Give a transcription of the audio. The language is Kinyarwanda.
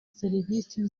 serivise